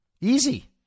Easy